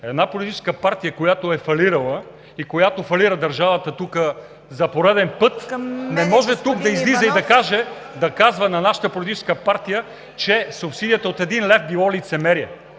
една политическа партия, която е фалирала и която фалира държавата за пореден път, не може тук да излиза и да казва на нашата политическа партия, че субсидията от един лев било лицемерие!